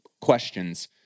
questions